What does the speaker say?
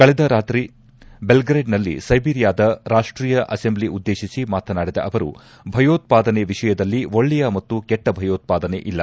ಕಳೆದ ರಾತ್ರಿ ಬೆಲ್ಗ್ರೆಡ್ನಲ್ಲಿ ಸೈಬೀರಿಯಾದ ರಾಷ್ವೀಯ ಅಸೆಂಬ್ಲಿ ಉದ್ದೇತಿಸಿ ಮಾತನಾಡಿದ ಅವರು ಭಯೋತ್ಪಾದನೆ ವಿಷಯದಲ್ಲಿ ಒಳ್ಳೆಯ ಮತ್ತು ಕೆಟ್ಟ ಭಯೋತ್ಪಾದನೆ ಇಲ್ಲ